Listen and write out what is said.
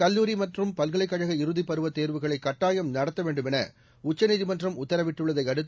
கல்லூரி மற்றும் பல்கலைக் கழக இறுதிப் பருவத் தேர்வுகளை கட்டாயம் நடத்த வேண்டுமென உச்சநீதிமன்றம் உத்தரவிட்டுள்ளன அடுத்து